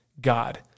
God